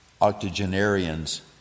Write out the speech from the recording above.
octogenarians